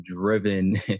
driven